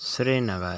Srinagar